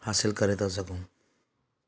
हासिल करे था सघूं